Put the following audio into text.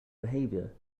behavior